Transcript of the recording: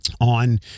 on